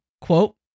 Quote